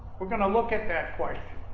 we're going to look at that question